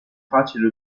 facile